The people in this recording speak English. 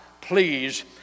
please